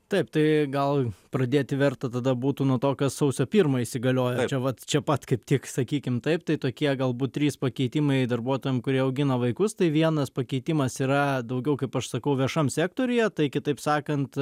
taip tai gal pradėti verta tada būtų nuo to kas sausio pirmą įsigaliojo vat čia pat kaip tik sakykim taip tai tokie galbūt trys pakeitimai darbuotojam kurie augina vaikus tai vienas pakeitimas yra daugiau kaip aš sakau viešam sektoriuje tai kitaip sakant